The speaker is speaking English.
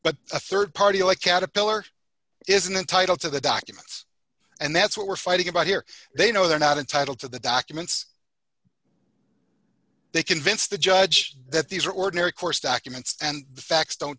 but a rd party like caterpillar isn't entitled to the documents and that's what we're fighting about here they know they're not entitled to the documents they convince the judge that these are ordinary course documents and the facts don't